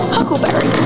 Huckleberry